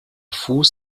fuß